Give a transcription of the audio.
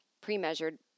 pre-measured